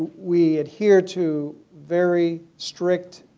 we adhere to very strict